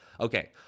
Okay